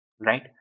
Right